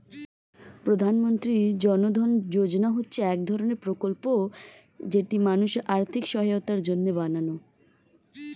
প্রধানমন্ত্রী জন ধন যোজনা হচ্ছে এক ধরণের প্রকল্প যেটি মানুষের আর্থিক সহায়তার জন্য বানানো